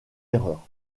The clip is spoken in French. erreurs